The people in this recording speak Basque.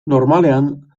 normalean